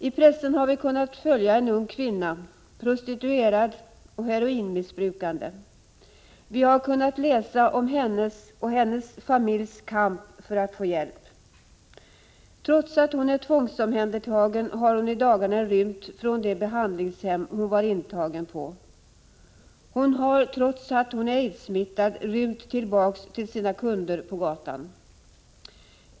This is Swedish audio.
I pressen har vi kunnat följa en ung kvinna som är prostituerad och heroinmissbrukare. Vi har kunnat läsa om hennes och hennes familjs kamp för att få hjälp. Trots att hon är tvångsomhändertagen har hon i dagarna rymt från det behandlingshem hon var intagen på. Hon har trots att hon är aidssmittad rymt tillbaka till sina kunder på gatan.